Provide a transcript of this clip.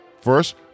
First